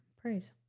Praise